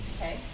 Okay